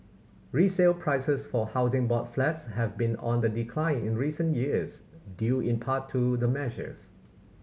resale prices for Housing Board flats have been on the decline in recent years due in part to the measures